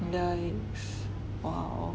yikes !wow!